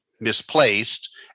misplaced